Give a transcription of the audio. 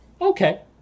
Okay